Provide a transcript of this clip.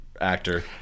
actor